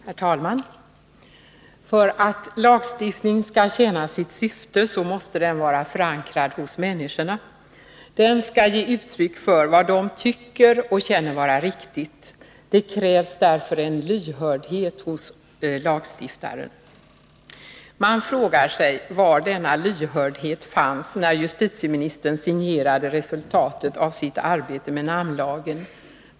Herr talman! För att lagstiftning skall tjäna sitt syfte måste den vara förankrad hos människorna: Den skall ge uttryck för vad de tycker och känner vara riktigt. Det krävs därför en lyhördhet hos lagstiftaren. Man frågar sig var denna lyhördhet fanns, när justitieministern signerade resultatet av sitt arbete med namnlagen.